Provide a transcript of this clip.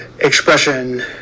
expression